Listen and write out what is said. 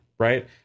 Right